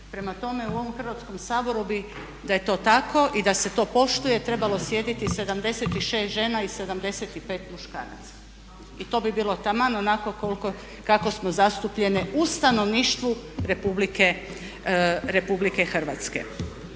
Prema tome u ovom Hrvatskom saboru bi da je to tako i da se to poštuje trebalo sjediti 76 žena i 75 muškaraca i to bi bilo taman onako kako smo zastupljene u stanovništvu RH. Inače